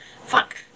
fuck